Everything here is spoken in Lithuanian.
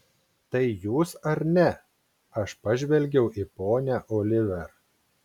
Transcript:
tai jūs ar ne aš pažvelgiau į ponią oliver